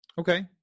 Okay